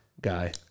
guy